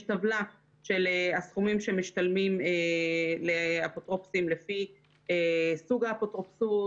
יש טבלה של הסכומים שמשתלמים לאפוטרופוסים לפי סוג האפוטרופסות,